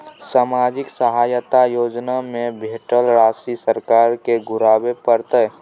सामाजिक सहायता योजना में भेटल राशि सरकार के घुराबै परतै?